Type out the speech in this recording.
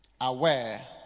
aware